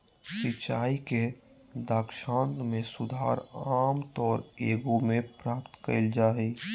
सिंचाई के दक्षता में सुधार आमतौर एगो में प्राप्त कइल जा हइ